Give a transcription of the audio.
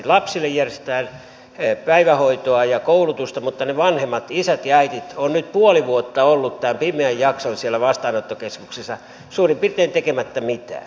lapsille järjestetään päivähoitoa ja koulutusta mutta vanhemmat isät ja äidit ovat nyt puoli vuotta olleet tämän pimeän jakson siellä vastaanottokeskuksessa suurin piirtein tekemättä mitään